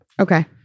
Okay